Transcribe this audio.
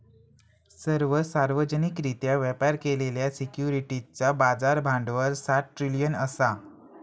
सर्व सार्वजनिकरित्या व्यापार केलेल्या सिक्युरिटीजचा बाजार भांडवल सात ट्रिलियन असा